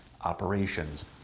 operations